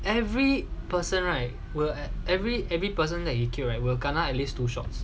every person right every every person that you right will kena at least two shots